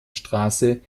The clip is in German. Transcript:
straße